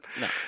No